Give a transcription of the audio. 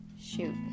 Shoot